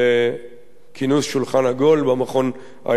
שולחן עגול במכון הישראלי לדמוקרטיה.